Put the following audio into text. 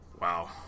Wow